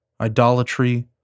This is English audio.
idolatry